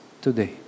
today